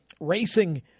racing